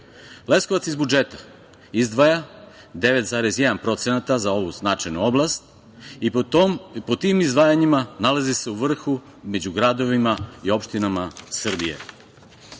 grada. Leskovac iz budžeta izdvaja 9,1% za ovu značajnu oblast i pod tim izdvajanjima nalazi se u vrhu među gradovima i opštinama Srbije. Ključni